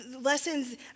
Lessons